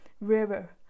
River